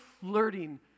flirting